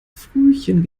frühchen